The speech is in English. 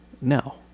No